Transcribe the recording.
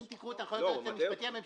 אם תקראו את הנחיות היועץ המשפטי לממשלה,